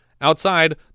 Outside